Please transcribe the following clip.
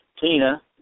Tina